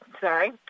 sorry